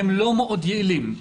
הם לא מאוד יעילים.